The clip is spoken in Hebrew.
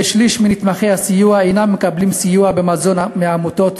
כשליש מנתמכי הסיוע אינם מקבלים סיוע במזון מהעמותות,